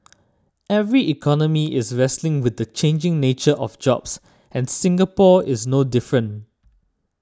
every economy is wrestling with the changing nature of jobs and Singapore is no different